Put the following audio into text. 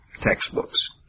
textbooks